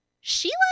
Sheila